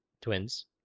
Twins